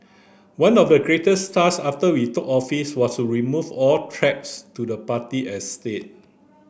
one of the greatest task after we took office was to remove all threats to the party and state